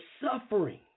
suffering